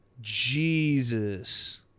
Jesus